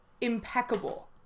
impeccable